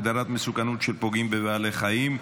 הגדרת מסוכנות של פוגעים בבעלי חיים),